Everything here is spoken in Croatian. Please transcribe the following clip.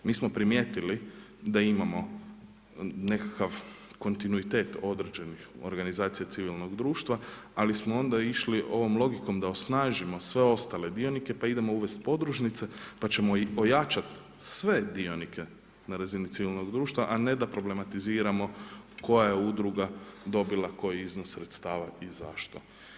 Mi smo primijetili da imamo nekakav kontinuitet određenih organizacija civilnog društva ali smo onda išli ovom logikom da osnažimo sve ostale dionike pa idemo uvesti podružnice pa ćemo ojačati sve dionike na razini civilnog društva a ne da problematiziramo koja je udruga dobila koji iznos sredstava i zašto.